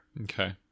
Okay